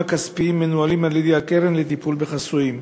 הכספיים מנוהלים על-ידי הקרן לטיפול בחסויים.